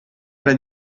era